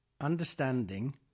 Understanding